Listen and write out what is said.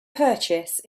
purchase